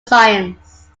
science